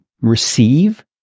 receive